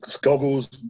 goggles